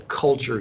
culture